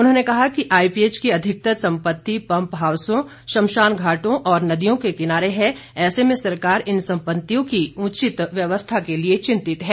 उन्होंने कहा कि आईपीएच की अधिकतर संपति पंप हाउसों श्मशानघाटों और नदियों के किनारे है ऐसे में सरकार इन संपतियों की उचित व्यवस्था के लिए चिंतित है